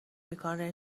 میکنه